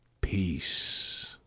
Peace